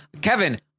kevin